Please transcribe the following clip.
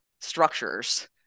structures